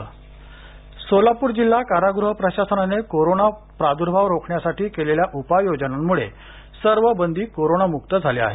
सोलापूर् सोलापूर जिल्हा कारागृह प्रशासनाने कोरोना प्रादूर्भाव रोखण्यासाठी केलेल्या उपायोजनामुळे सर्व बंदी कोरोनामुक्त झाले आहेत